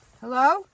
Hello